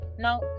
Now